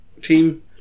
team